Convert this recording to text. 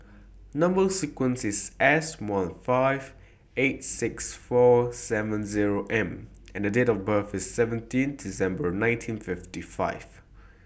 Number sequence IS S one five eight six four seven Zero M and Date of birth IS seventeen December nineteen fifty five